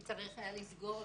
כי צריך היה לסגור.